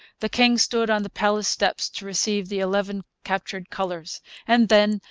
the king stood on the palace steps to receive the eleven captured colours and then,